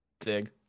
Dig